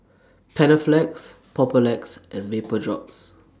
Panaflex Papulex and Vapodrops